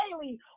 daily